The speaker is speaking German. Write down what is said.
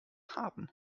haben